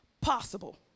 possible